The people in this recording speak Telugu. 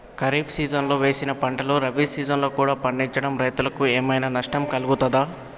ఖరీఫ్ సీజన్లో వేసిన పంటలు రబీ సీజన్లో కూడా పండించడం రైతులకు ఏమైనా నష్టం కలుగుతదా?